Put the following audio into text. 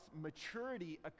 maturity